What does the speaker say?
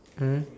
mm